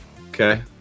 Okay